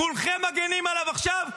כולכם מגינים עליו עכשיו.